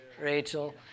Rachel